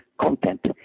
content